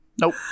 Nope